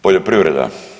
Poljoprivreda.